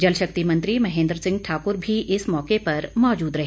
जल शक्ति मंत्री महेंद्र ठाकुर भी इस मौके पर मौजूद रहे